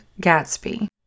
Gatsby